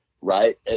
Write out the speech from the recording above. right